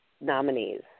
nominees